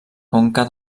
conca